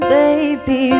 baby